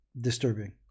disturbing